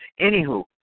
Anywho